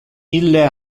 ille